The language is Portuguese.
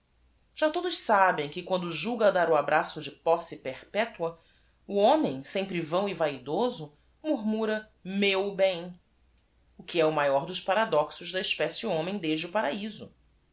á todos sabem que quando j u l g a dar o abraço de posse perpetua o homem sempre vão e vaidoso murmura meu bem o que é o maior dos paradoxos da espécie homem desde o araizo